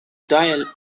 dial